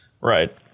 Right